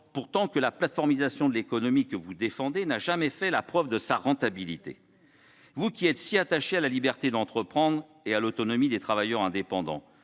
alors que la plateformisation de l'économie que vous défendez n'a jamais fait la preuve de sa rentabilité. Vous qui êtes si attachée à la liberté d'entreprendre et à l'autonomie des travailleurs indépendants,